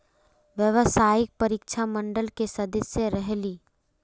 व्यावसायिक परीक्षा मंडल के सदस्य रहे ली?